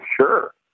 sure